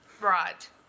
Right